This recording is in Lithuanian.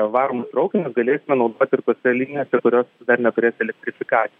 varomus traukinius galėsime naudoti ir tose linijose kurios dar neturės elektrifikacijos